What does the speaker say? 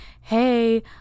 hey